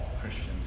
Christians